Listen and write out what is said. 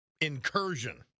incursion